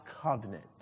covenant